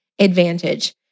advantage